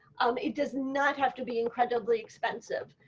it does not have to be incredibly expensive.